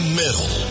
middle